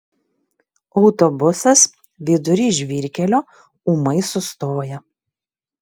autobusas vidury žvyrkelio ūmai sustoja